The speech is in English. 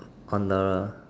on the